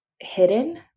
hidden